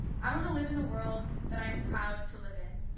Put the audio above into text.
i want to live in a world that i'm proud to live in,